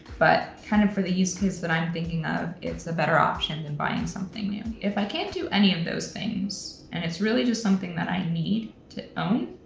but kind of for the uses that i'm thinking of, it's a better option than buying something new. if i can't do any of those things, and it's really just something that i need to own,